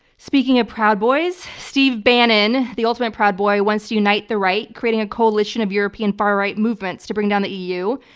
speaking of proud boys, steve bannon, the ultimate proud boy wants to unite the right, creating a coalition of european far right movements to bring down the eu.